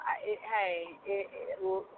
hey